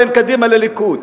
בין קדימה לליכוד.